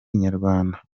inyarwanda